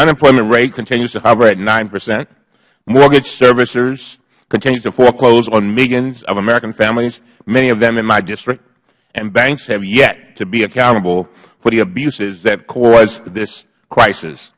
unemployment rate continues to hover at nine percent mortgage servicers continue to foreclose on millions of american families many of them in my district and banks have yet to be accountable for the abuses that caused this crisis